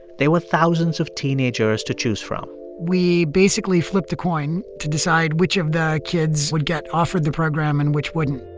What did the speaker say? there were thousands of teenagers to choose from we basically flipped a coin to decide which of the kids would get offered the program and which wouldn't